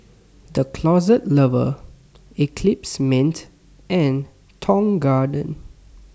The Closet Lover Eclipse Mints and Tong Garden